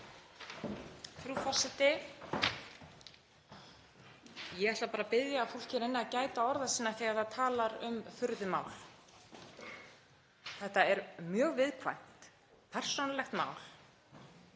Frú forseti. Ég ætla bara að biðja fólk hér inni að gæta orða sinna þegar það talar um furðumál. Þetta er mjög viðkvæmt persónulegt mál.